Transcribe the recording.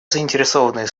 заинтересованные